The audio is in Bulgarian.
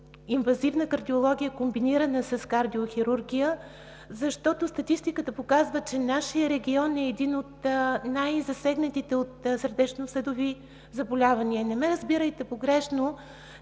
инвазивна кардиология, комбинирана с кардиохирургия, защото статистиката показва, че нашият регион е един от най-засегнатите от сърдечно-съдови заболявания. Не ме разбирайте погрешно